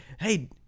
hey